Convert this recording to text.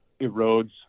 erodes